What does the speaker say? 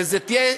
וזו תהיה